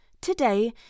today